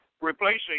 replacing